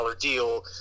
deal –